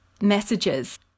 messages